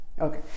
Okay